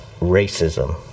racism